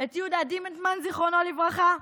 את יהודה דימנטמן, זיכרונו לברכה?